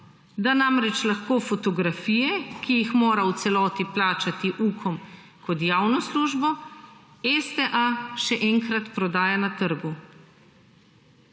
da namreč lahko fotografije, ki jih mora v celoti plačati Ukom kot javno službo, STA še enkrat prodaja na trgu.